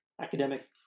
academic